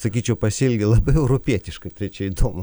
sakyčiau pasielgė labai europietiškai tai čia įdomu